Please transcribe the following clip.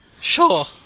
Sure